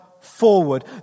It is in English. forward